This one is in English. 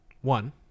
One